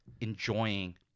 enjoying